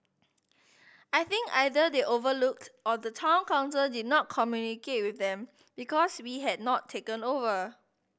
I think either they overlooked or the Town Council did not communicate with them because we had not taken over